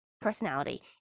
personality